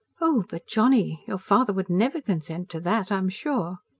oh, but johnny! your father would never consent to that, i'm sure.